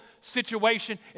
situation